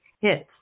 hits